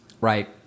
Right